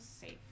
safe